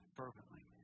fervently